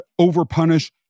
overpunish